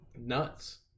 Nuts